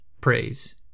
praise